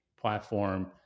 platform